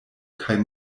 kaj